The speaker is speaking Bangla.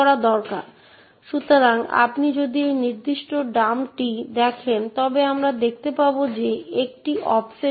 উদাহরণস্বরূপ আপনি যদি আপনার অধিকার অন্য কাউকে অর্পণ করতে চান এবং একটি ক্ষমতা ভিত্তিক মডেল অনেক বেশি সহজ